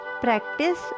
Practice